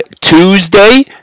Tuesday